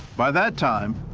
by that time,